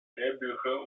drehbücher